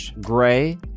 Gray